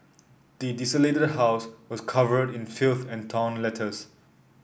the desolated house was covered in filth and torn letters